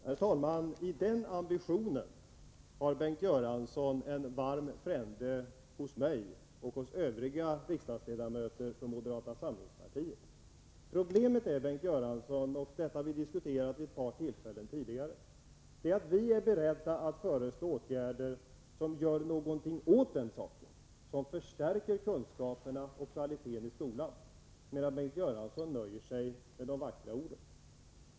Herr talman! I fråga om ambitionen att barnen skall lära sig någonting i skolan har Bengt Göransson en varm frände i mig och i övriga riksdagsledamöter från moderata samlingspartiet. Problemet är, Bengt Göransson — och detta har vi diskuterat vid ett par tillfällen tidigare — är att vi är beredda att föreslå åtgärder i syfte att göra någonting åt den saken, för att förstärka kunskaperna och kvaliteten i skolan. Bengt Göransson nöjer sig med de vackra orden.